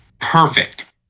perfect